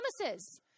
promises